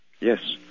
Yes